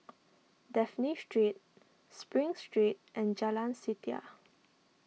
Dafne Street Spring Street and Jalan Setia